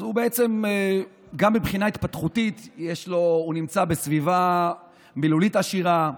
גם מבחינה התפתחותית הוא נמצא בסביבה מילולית עשירה,